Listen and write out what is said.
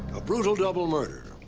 a brutal double murder,